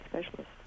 specialist